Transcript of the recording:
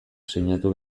sinatu